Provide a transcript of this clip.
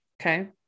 Okay